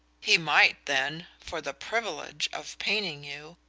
he might, then for the privilege of painting you!